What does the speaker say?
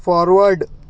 forward